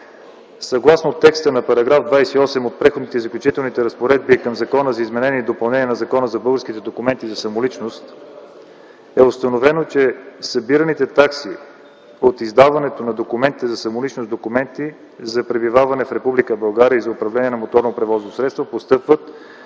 Съгласно текста на § 28 от Преходните и заключителните разпоредби на Закона за изменение и допълнение на Закона за българските документи за самоличност е установено, че събираните такси от издаването на документите за самоличност, документите за пребиваване в Република България и за управление на моторно превозно средство постъпват